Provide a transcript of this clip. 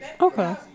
Okay